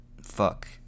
Fuck